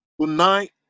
tonight